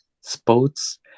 sports